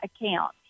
account